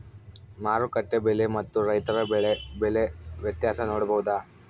ಮಾರುಕಟ್ಟೆ ಬೆಲೆ ಮತ್ತು ರೈತರ ಬೆಳೆ ಬೆಲೆ ವ್ಯತ್ಯಾಸ ನೋಡಬಹುದಾ?